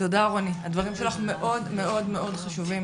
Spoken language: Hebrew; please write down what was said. תודה רוני, הדברים שלך מאוד מאוד חשובים